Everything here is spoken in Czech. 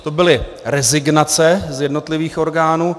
To byly rezignace z jednotlivých orgánů.